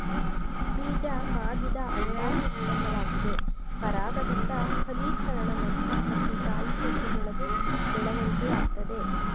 ಬೀಜ ಮಾಗಿದ ಅಂಡಾಣು ಉತ್ಪನ್ನವಾಗಿದೆ ಪರಾಗದಿಂದ ಫಲೀಕರಣ ನಂತ್ರ ಮತ್ತು ತಾಯಿ ಸಸ್ಯದೊಳಗೆ ಬೆಳವಣಿಗೆಯಾಗ್ತದೆ